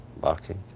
barking